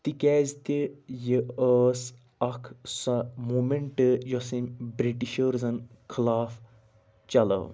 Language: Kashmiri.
تِکیٛازِ تہِ یہِ ٲس اکھ سۄ موٗمیٚنٹہٕ یۄس أمۍ برٛٹِشٲرزَن خٕلاف چَلٲو